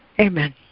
Amen